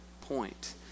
point